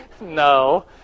No